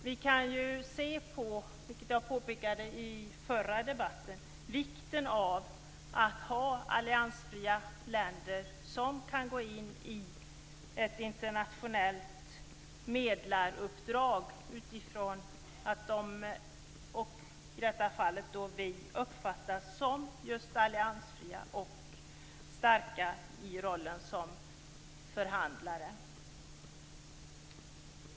Vi kan se på, vilket jag påpekade i förra debatten, vikten av att ha alliansfria länder som kan gå in i ett internationellt medlaruppdrag utifrån att de - i detta fall vi - uppfattas som just alliansfria och starka i rollen som förhandlare.